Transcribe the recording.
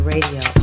Radio